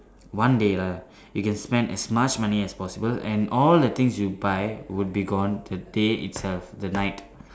one day lah you can spend as much money as possible and all the things you buy would be gone the day itself the night